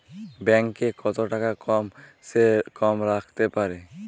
Bank এ কত টাকা কম সে কম রাখতে পারি?